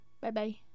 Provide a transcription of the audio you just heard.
Bye-bye